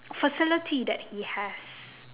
facility that he has